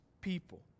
people